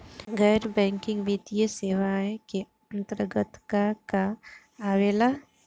गैर बैंकिंग वित्तीय सेवाए के अन्तरगत का का आवेला?